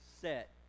set